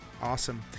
awesome